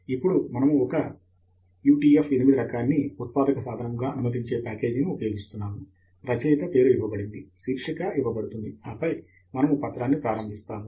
ఇప్పుడు మనము ఒక utf8 రకాన్ని ఉత్పాదక సాధనము గా అనుమతించే ప్యాకేజీని ఉపయోగిస్తున్నాము రచయిత పేరు ఇవ్వబడింది శీర్షిక ఇవ్వబడుతుంది ఆపై మనము పత్రాన్ని ప్రారంభిస్తాము